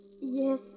Yes